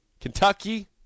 Kentucky